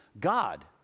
God